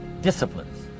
disciplines